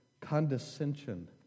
condescension